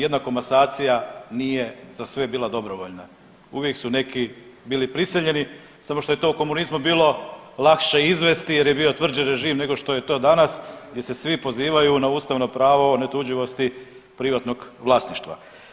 Jedna komasacija nije za sve bila dobrovoljna, uvijek su neki bili prisiljeni, samo što je to u komunizmu bilo lakše izvesti jer je bio tvrđi režim nego što je to danas gdje se svi pozivaju na ustavno pravo neotuđivosti privatnog vlasništva.